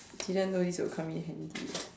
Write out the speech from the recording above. didn't know this will come in handy